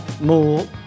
more